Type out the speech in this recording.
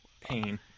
Pain